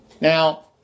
Now